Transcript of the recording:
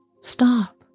Stop